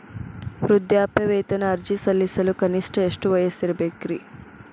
ವೃದ್ಧಾಪ್ಯವೇತನ ಅರ್ಜಿ ಸಲ್ಲಿಸಲು ಕನಿಷ್ಟ ಎಷ್ಟು ವಯಸ್ಸಿರಬೇಕ್ರಿ?